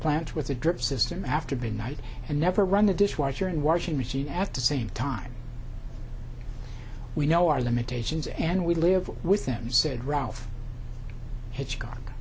plant with a drip system after being night and never run the dishwasher and washing machine at the same time we know our limitations and we live with them said ralph hitchcock